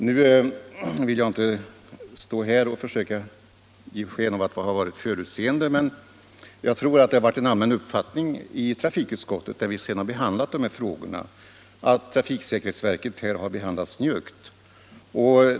Nu vill jag emellertid inte stå här och försöka ge sken av att ha varit förutseende, men jag tror det har varit en allmän uppfattning i trafikutskottet, när vi sedan har behandlat dessa frågor, att trafiksäkerhetsverket har behandlats njuggt.